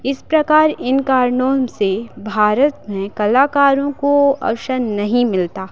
इस प्रकार यह कारणों से भारत में कलाकारों को अवसर नहीं मिलता